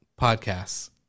podcasts